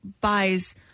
buys